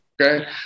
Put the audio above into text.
okay